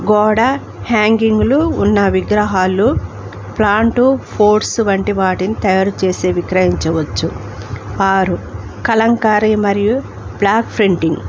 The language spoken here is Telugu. గోడ హ్యాంగింగ్లు ఉన్న విగ్రహాలు ప్లాంటు ఫ్లవర్స్ వంటి వాటిని తయారు చేసే విక్రయించవచ్చు ఆరు కలంకారి మరియు బ్లాక్ ప్రింటింగ్